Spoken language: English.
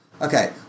Okay